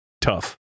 tough